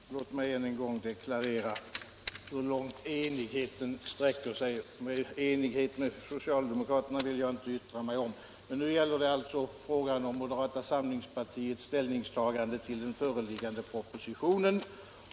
Herr talman! Låt mig än en gång deklarera hur långt enigheten sträcker sig — enigheten med socialdemokraterna vill jag inte yttra mig om. Nu gäller det alltså frågan om moderata samlingspartiets ställningstagande till den föreliggande propositionen.